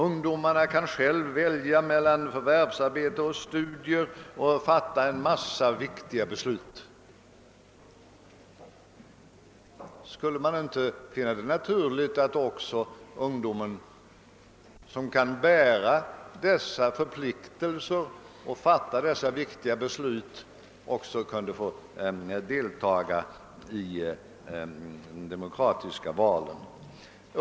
Ungdomarna kan själva välja mellan förvärvsarbete och studier och fatta en mängd viktiga beslut. är det då inte naturligt att ungdomen, som kan bära dessa förpliktelser och fatta dessa viktiga beslut, också får deltaga i demokratiska val?